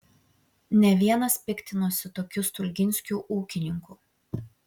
ne vienas piktinosi tokiu stulginskiu ūkininku